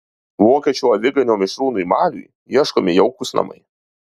vokiečių aviganio mišrūnui maliui ieškomi jaukūs namai